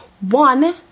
one